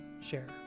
Share